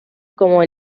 como